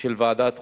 ועדת חוקה.